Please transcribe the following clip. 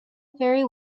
very